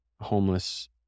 homeless